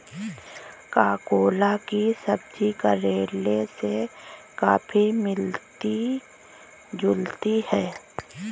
ककोला की सब्जी करेले से काफी मिलती जुलती होती है